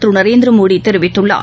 திருநரேந்திரமோடிதெரிவித்துள்ளார்